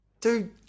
Dude